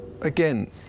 again